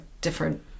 different